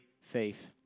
faith